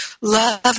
Love